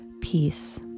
peace